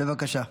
בבקשה.